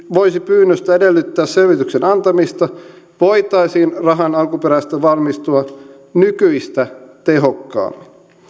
voisi pyynnöstä edellyttää selvityksen antamista voitaisiin rahan alkuperästä varmistua nykyistä tehokkaammin